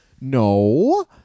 No